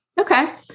Okay